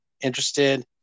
interested